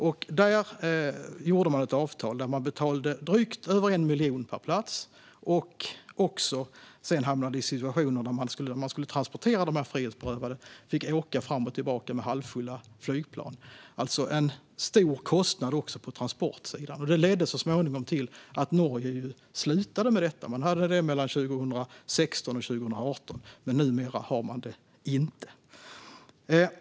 Man ingick ett avtal där man betalade över 1 miljon per plats. När man skulle transportera de frihetsberövade fick man åka fram och tillbaka med halvfulla flygplan. Det var alltså en stor kostnad även på transportsidan. Det ledde så småningom till att Norge slutade med detta. Man hade det mellan 2016 och 2018. Numera har man det inte.